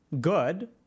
good